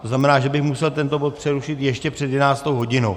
To znamená, že bych musel tento bod přerušit ještě před jedenáctou hodinou.